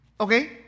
Okay